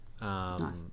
Nice